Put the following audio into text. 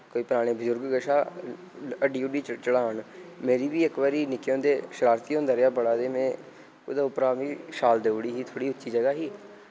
कोई पराने बुजुर्ग कशा हड्डी हुड्डी च चढ़ान मेरी बी इक बारी निक्के होंदे शरारती होंदा रेहा बड़ा ते में उदे उप्परा बी शाल देऊड़ी ही थोह्ड़ी उच्ची जगह ही